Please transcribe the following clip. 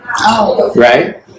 right